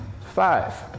Five